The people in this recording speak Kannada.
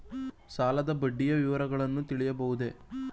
ಸಾಲದ ಬಡ್ಡಿಯ ವಿವರಗಳನ್ನು ತಿಳಿಯಬಹುದೇ?